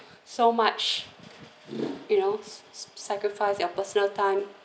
so much you know sa~ sacrifice their personal time